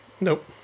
nope